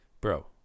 bro